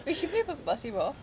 wait she play for basketball